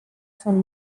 són